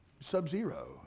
Sub-zero